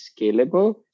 scalable